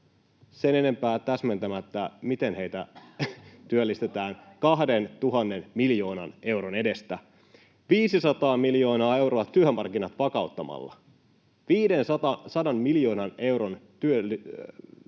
sen enempää täsmentämättä miten, heitä työllistetään — 2 000 miljoonan euron edestä; 500 miljoonan euron säästövaikutukset työmarkkinat vakauttamalla — 500 miljoonan euron julkisen